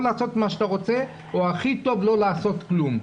לעשות מה שאתה רוצה או הכי טוב לא לעשות כלום.